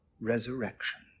resurrection